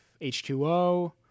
H2O